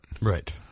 Right